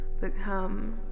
become